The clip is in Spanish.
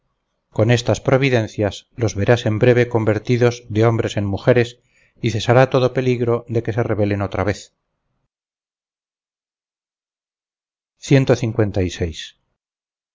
con estas providencias los verás en breve convertidos de hombres en mujeres y cesará todo peligro de que se rebelen otra vez tal fue